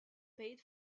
paid